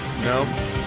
No